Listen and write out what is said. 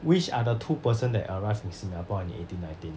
which are the two person that arrived in singapore in the eighteen nineteen